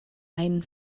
einen